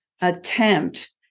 attempt